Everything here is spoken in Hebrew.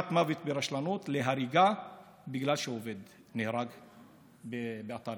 מוות ברשלנות להריגה בגלל שעובד נהרג באתר